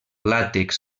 làtex